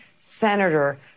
senator